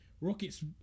Rockets